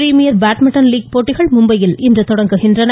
premier badminton league போட்டிகள் மும்பையில் இன்று தொடங்குகின்றன